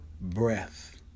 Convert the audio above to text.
breath